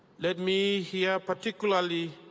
let me here particularly